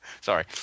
Sorry